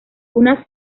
una